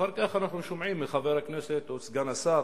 אחר כך אנחנו שומעים מחבר הכנסת או מסגן השר